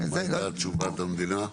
ומה תשובת המדינה?